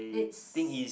it's